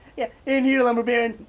yeah in here lumber baron